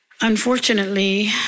unfortunately